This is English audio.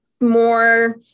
more